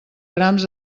grams